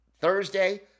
Thursday